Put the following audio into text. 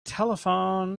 telephone